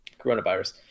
Coronavirus